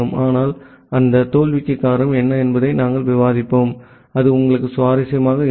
ஆனால் அந்த தோல்விக்கு காரணம் என்ன என்பதை நாங்கள் விவாதிப்போம் அது உங்களுக்கு சுவாரஸ்யமாக இருக்கும்